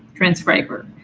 transcriber.